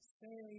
say